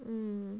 en